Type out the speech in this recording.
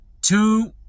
two